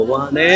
one